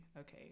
okay